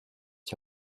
die